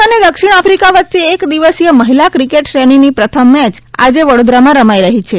ભારત અને દક્ષિણ આફિકા વચ્ચે એક દિવસીય મહિલા ક્રિકેટ શ્રેણીની પ્રથમ મેચ આજે વડોદરામાં રમાઈ રહી છે